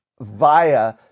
via